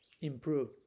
improve